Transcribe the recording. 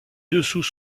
dessous